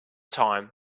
time